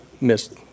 missed